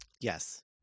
Yes